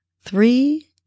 three